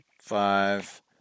Five